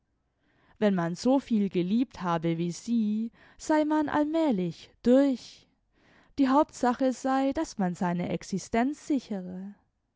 wenn man so viel geliebt habe wie sie sei man allmählich durch die hauptsache sei daß man seine existenz sichere